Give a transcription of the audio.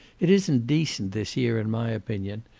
it isn't decent this year, in my opinion.